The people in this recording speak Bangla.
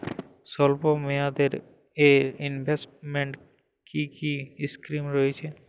স্বল্পমেয়াদে এ ইনভেস্টমেন্ট কি কী স্কীম রয়েছে?